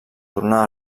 tornar